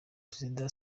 perezida